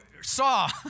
saw